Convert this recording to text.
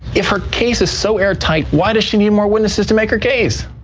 if her case is so airtight, why does she need more witnesses to make her case?